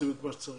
עושים את מה שצריך.